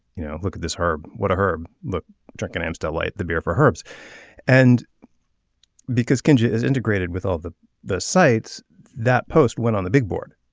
you know look at this herb what a herb look drinking aims to light the beer for herbs and because ginger is integrated with all the the sites that post went on the big board.